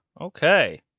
okay